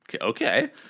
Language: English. okay